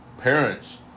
parents